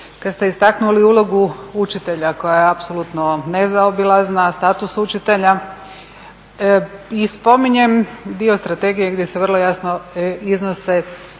kad ste istaknuli ulogu učitelja koja je apsolutno nezaobilazna, status učitelja i spominjem dio strategije gdje se vrlo jasno iznose